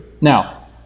Now